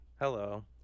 Hello